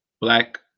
black